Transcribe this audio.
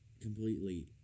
completely